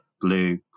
blue